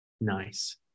Nice